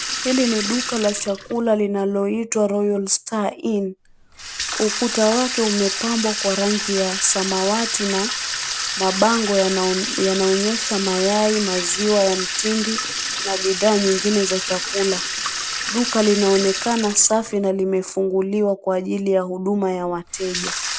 Hili ni duka la chakula linaloitwa Royal Star Inn. Ukuta wake umepambwa kwa rangi ya samawati na mabango yanaonyesha mayai, maziwa ya mtindi na bidhaa nyingine za chakula. Duka linaonekana safi na limefunguliwa kwa ajili ya huduma ya wateja.